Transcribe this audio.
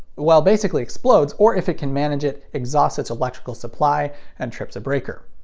well basically explodes or if it can manage it, exhausts its electrical supply and trips a breaker.